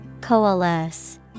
Coalesce